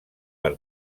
per